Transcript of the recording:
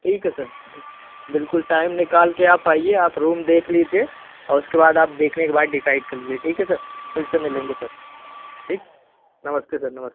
ठीक है सर बिल्कुल टाइम निकाल के आप आइए आप रूम देख लीजिए और उसके बाद आप देखने के बाद डिसाइड कर लीजिए ठीक है सर फिर से मिलेंगे सर ठीक नमस्ते सर नमस्ते